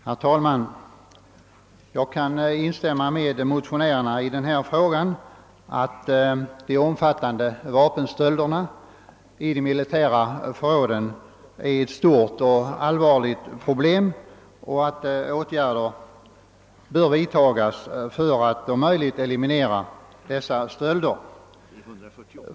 Herr talman! Jag kan instämma med motionärerna i denna fråga i att de omfattande vapenstölderna i de militära förråden är ett stort och allvarligt problem och att åtgärder bör vidtas för att om möjligt eliminera dessa stölder.